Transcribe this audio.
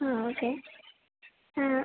ആ ഓക്കെ ആ